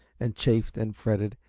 and chafed and fretted,